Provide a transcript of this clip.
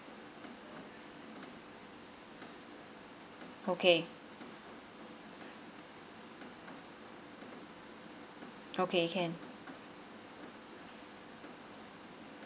okay okay can